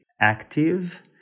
active